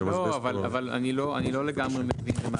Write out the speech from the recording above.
אני לא לגמרי מבין למה אתה מתכוון.